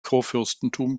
kurfürstentum